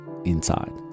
inside